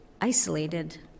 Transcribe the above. isolated